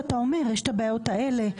עם בעיות כאלה,